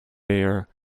bare